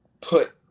put